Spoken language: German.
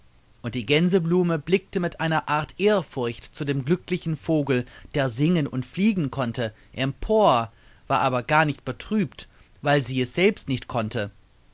und die gänseblume blickte mit einer art ehrfurcht zu dem glücklichen vogel der singen und fliegen konnte empor war aber gar nicht betrübt weil sie es selbst nicht konnte